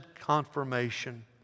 confirmation